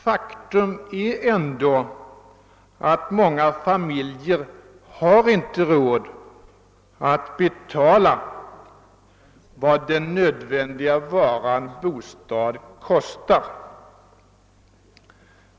Faktum är emellertid att många familjer inte har råd att betala vad bostaden kostar.